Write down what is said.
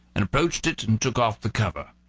and approached it and took off the cover.